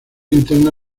interna